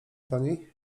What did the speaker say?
pani